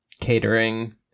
catering